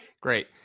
Great